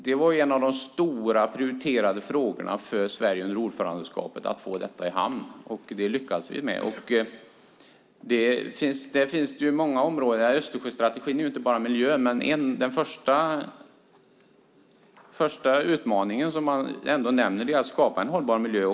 Det var en av de stora prioriterade frågorna för Sverige under ordförandeskapet att få detta i hamn, och det lyckades vi med. Östersjöstrategin gäller inte bara miljön, men den första utmaning som nämns är att skapa en hållbar miljö.